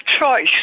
choice